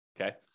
okay